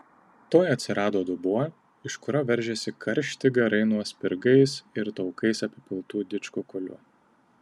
tuoj atsirado dubuo iš kurio veržėsi karšti garai nuo spirgais ir taukais apipiltų didžkukulių